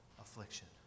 affliction